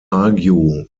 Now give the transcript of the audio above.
argue